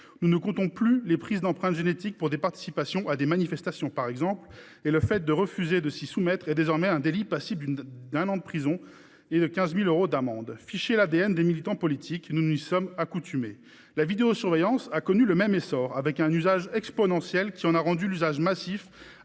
Nous ne comptons plus les prises d'empreintes génétiques pour des participations à des manifestations, par exemple ; refuser de s'y soumettre constitue désormais un délit, passible d'un an de prison et de 15 000 euros d'amende. Ficher l'ADN des militants politiques est devenu coutumier ! La vidéosurveillance a connu le même essor au travers d'un usage exponentiel, qui en a rendu la pratique massive.